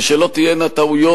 שלא תהיינה טעויות,